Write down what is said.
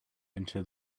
into